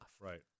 Right